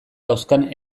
dauzkan